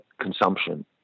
consumption